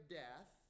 death